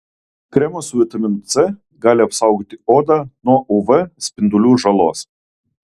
kremas su vitaminu c gali apsaugoti odą nuo uv spindulių žalos